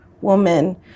woman